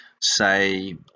say